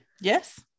Yes